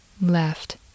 left